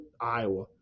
iowa